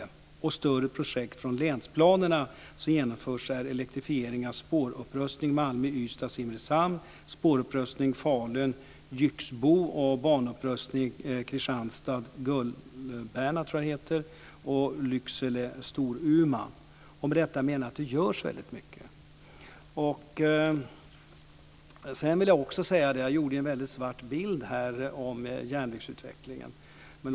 När det gäller större projekt från länsplanerna kan jag säga att det genomförs elektrifiering och spårupprustning Malmö-Ystad-Simrishamn, spårupprustning Falun-Grycksbo och banupprustning Med detta menar jag att det görs mycket. Jag målade upp en svart bild av järnvägsutvecklingen.